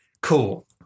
Cool